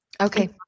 Okay